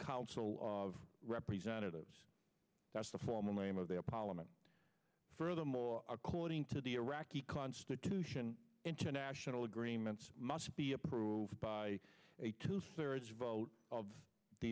council of representatives that's the formal name of their parliament furthermore according to the iraqi constitution international agreements must be approved by a two thirds vote of the